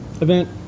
event